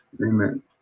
Amen